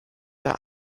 der